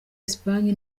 espagne